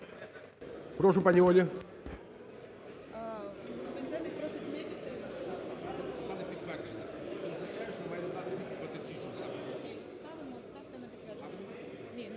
Прошу, пані Оля.